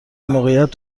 موقعیت